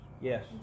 Yes